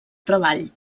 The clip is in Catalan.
treball